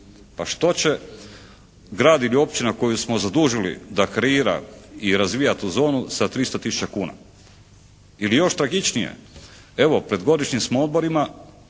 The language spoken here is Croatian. Pa što će grad ili općina koju smo zadužili da kreira i razvija tu zonu sa 300 tisuća kuna? Ili još tragičnije. Evo pred godišnjim smo odmorima.